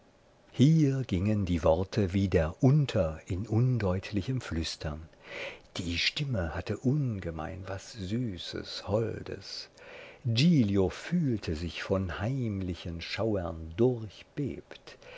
hier gingen die worte wieder unter in undeutlichem flüstern die stimme hatte ungemein was süßes holdes giglio fühlte sich von heimlichen schauern